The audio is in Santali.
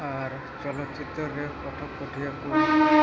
ᱟᱨ ᱪᱚᱞᱚᱛ ᱪᱤᱛᱟᱹᱨ ᱨᱮ ᱯᱟᱴᱷᱚᱠ ᱯᱟᱹᱴᱷᱩᱣᱟᱹ ᱠᱚ